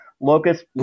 Locust